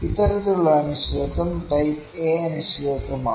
ഇത്തരത്തിലുള്ള അനിശ്ചിതത്വം type A അനിശ്ചിതത്വമാണ്